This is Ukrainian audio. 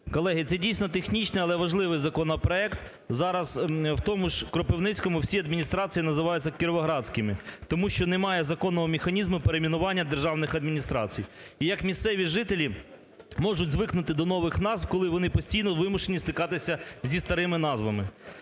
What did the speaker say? Колеги, це, дійсно, технічний, але важливий законопроект. Зараз у тому ж Кропивницькому всі адміністрації називаються кіровоградськими, тому що немає законного механізму перейменування державних адміністрацій. І як місцеві жителі можуть звикнути до нових назв, коли вони постійно вимушені стикатися зі старими назвами.